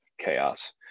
chaos